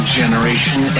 generation